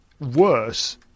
worse